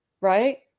right